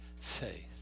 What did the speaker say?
faith